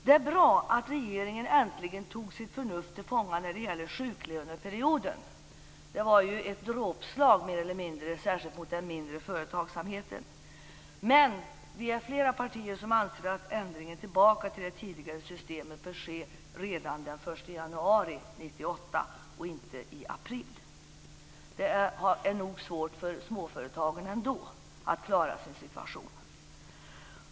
Det är bra att regeringen äntligen tog sitt förnuft till fånga när det gäller sjuklöneperioden. Det var ju mer eller mindre ett dråpslag, särskilt mot mindre företag. Men flera partier anser att ändringen tillbaka till det tidigare systemet bör ske redan den 1 januari 1998, och inte i april. Det är nog svårt för småföretagen ändå att klara sin situation.